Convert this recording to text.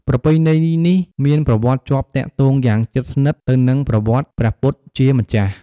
ប្រពៃណីនេះមានប្រវត្តិជាប់ទាក់ទងយ៉ាងជិតស្និទ្ធទៅនឹងប្រវត្តិព្រះពុទ្ធជាម្ចាស់។